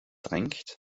drängt